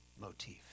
motif